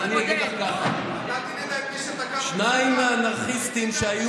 אז אני אגיד לך ככה: שניים מהאנרכיסטים שהיו